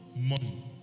money